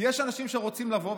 כי יש אנשים שרוצים לבוא,